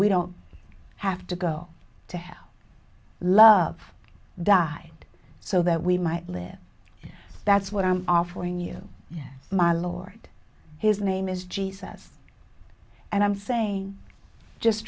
we don't have to go to hell love died so that we might live that's what i'm offering you my lord his name is jesus and i'm saying just